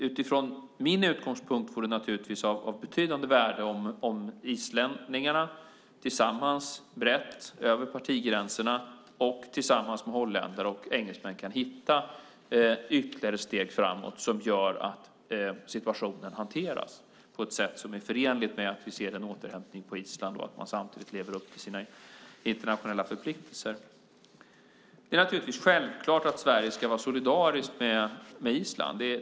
Utifrån min utgångspunkt är det naturligtvis av betydande värde om islänningarna brett över partigränserna och tillsammans med holländare och engelsmän kan hitta ytterligare steg framåt som gör att situationen hanteras på ett sätt som är förenligt med att vi ser en återhämtning på Island och att man samtidigt lever upp till sina internationella förpliktelser. Det är självklart att Sverige ska vara solidariskt med Island.